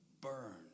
burn